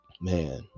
man